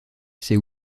ses